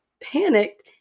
panicked